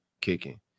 kicking